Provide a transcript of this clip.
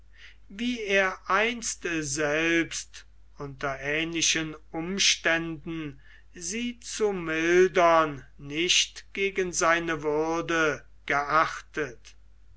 wie er einst selbst unter ähnlichen umständen sie zu mildern nicht gegen seine würde geachtet